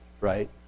right